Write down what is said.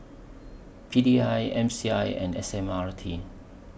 P D I M C I and S M R T